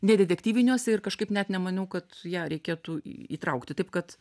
ne detektyviniuose ir kažkaip net nemaniau kad ją reikėtų įtraukti taip kad